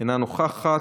אינה נוכחת,